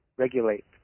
Regulate